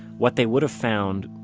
what they would have found,